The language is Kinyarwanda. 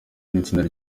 n’itsinda